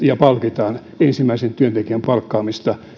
ja palkitaan ensimmäisen työntekijän palkkaamista